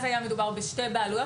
היה מדובר בשתי בעלויות,